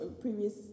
previous